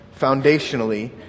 foundationally